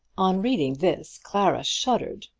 on reading this clara shuddered,